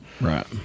Right